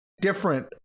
different